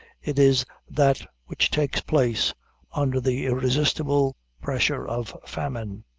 it is that which takes place under the irresistible pressure of famine.